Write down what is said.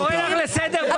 אני קורא לך לסדר פעם שנייה.